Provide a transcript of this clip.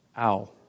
Ow